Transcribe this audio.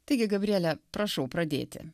taigi gabriele prašau pradėti